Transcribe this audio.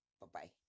Bye-bye